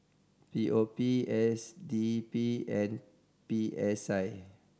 P O P S D P and P S I